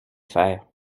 faire